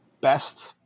best